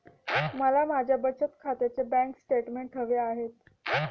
मला माझ्या बचत खात्याचे बँक स्टेटमेंट्स हवे आहेत